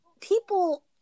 people